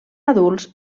adults